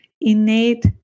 innate